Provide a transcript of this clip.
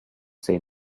say